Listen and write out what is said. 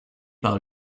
par